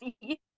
see